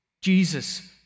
Jesus